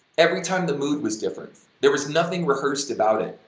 every time the mood was different, there was nothing rehearsed about it,